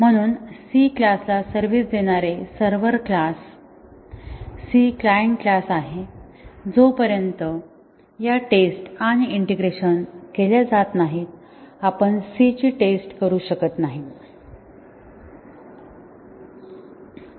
म्हणून C class ला service देणारे server class C client class आहे जोपर्यंत या टेस्ट आणि इंटिग्रेशन केल्या जात नाहीत आपण C ची टेस्ट करू शकत नाही